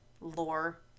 lore